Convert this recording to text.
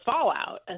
fallout